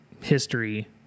history